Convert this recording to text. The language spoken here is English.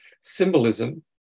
symbolism